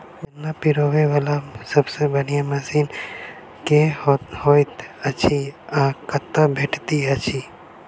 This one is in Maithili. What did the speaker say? गन्ना पिरोबै वला सबसँ बढ़िया मशीन केँ होइत अछि आ कतह भेटति अछि?